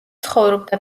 ცხოვრობდა